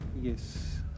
Yes